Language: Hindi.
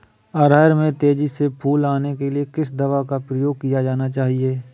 अरहर में तेजी से फूल आने के लिए किस दवा का प्रयोग किया जाना चाहिए?